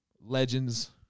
Legends